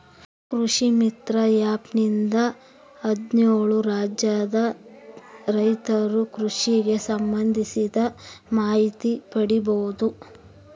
ಕೃಷಿ ಮಿತ್ರ ಆ್ಯಪ್ ನಿಂದ ಹದ್ನೇಳು ರಾಜ್ಯದ ರೈತರು ಕೃಷಿಗೆ ಸಂಭಂದಿಸಿದ ಮಾಹಿತಿ ಪಡೀಬೋದು